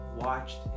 watched